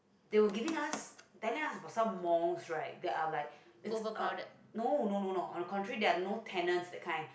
they will giving us tenant are some malls right that are like is uh no no no no our country there are no tenants that kinds